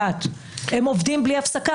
האם נשלחים שוטרים למקומות האלה?